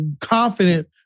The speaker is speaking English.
confident